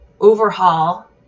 overhaul